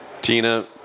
Tina